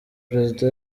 prezida